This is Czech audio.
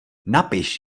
napiš